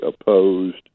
opposed